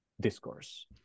discourse